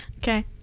Okay